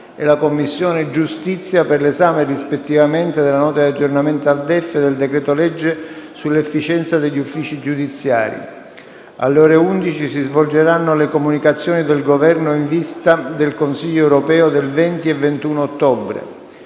e la Commissione giustizia per l'esame rispettivamente della Nota di aggiornamento al DEF e del decreto-legge sull'efficienza degli uffici giudiziari. Alle ore 11 si svolgeranno le comunicazioni del Governo in vista del Consiglio europeo del 20 e del 21 ottobre.